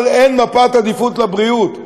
אבל אין מפת עדיפות לבריאות.